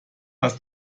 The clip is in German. hast